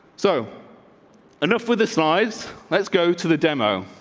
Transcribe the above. so enough with this lives, let's go to the demo.